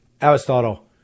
Aristotle